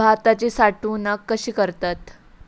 भाताची साठवूनक कशी करतत?